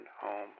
home